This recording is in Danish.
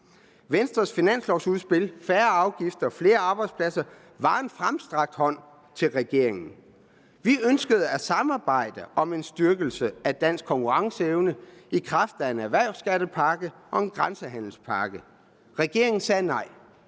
Venstres finanslovudspil »Færre afgifter. Flere arbejdspladser« var en fremstrakt hånd til regeringen. Vi ønskede at samarbejde om en styrkelse af dansk konkurrenceevne i kraft af en erhvervsskattepakke og en grænsehandelspakke. Regeringen sagde nej.